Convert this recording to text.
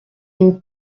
une